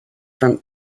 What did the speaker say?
from